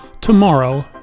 tomorrow